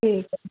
ठीक आहे